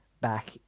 back